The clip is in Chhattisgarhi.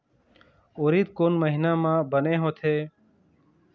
उरीद कोन महीना म बने होथे?